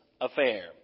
affair